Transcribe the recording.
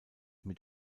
mit